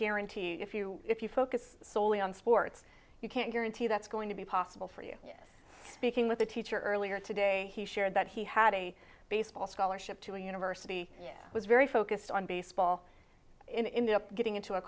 guarantee if you if you focus solely on sports you can't guarantee that's going to be possible for you speaking with a teacher earlier today he shared that he had a baseball scholarship to a university was very focused on baseball in the getting into a